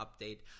update